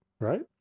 right